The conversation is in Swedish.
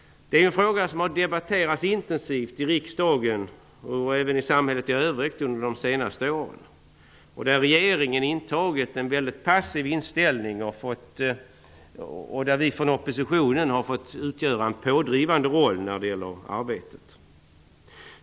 Detta är en fråga som har debatterats intensivt i riksdagen och i samhället i övrigt under de senaste åren. Regeringen har intagit en mycket passiv inställning. Vi från oppositionen har fått vara pådrivande när det gäller arbetet.